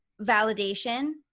validation